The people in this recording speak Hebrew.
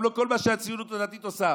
גם לא מכל מה שהציונות הדתית עושה,